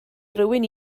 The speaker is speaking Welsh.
rywun